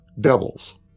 devils